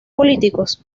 políticos